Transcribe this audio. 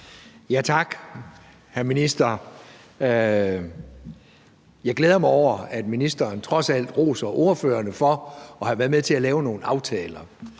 Tak. Jeg glæder mig over, at ministeren trods alt roser ordførerne for at have været med til at lave nogle aftaler.